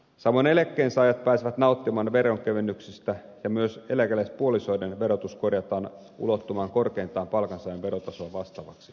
samoin eläkkeensaajat pääsevät nauttimaan veronkevennyksistä ja myös eläkeläispuolisoiden verotus korjataan ulottumaan korkeintaan palkansaajan verotasoa vastaavaksi